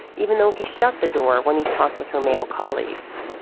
even though he shut the door when he talked with her male colleagues.